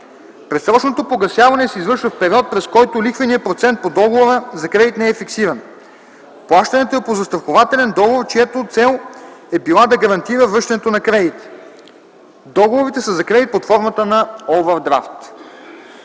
предсрочното погасяване се извършва в период, през който лихвеният процент по договора за кредит не е фиксиран; - плащането е по застрахователен договор, чиято цел е била да гарантира връщането на кредита; - договорите са за кредит под формата на овърдрафт.